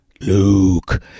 Luke